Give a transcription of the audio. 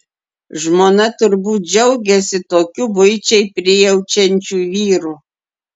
žmona turbūt džiaugiasi tokiu buičiai prijaučiančiu vyru